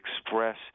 express